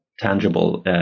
tangible